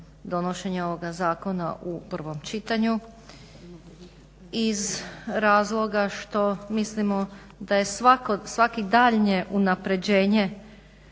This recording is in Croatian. donošenje ovoga zakona u prvom čitanju iz razloga što mislimo da je svako daljnje unapređenje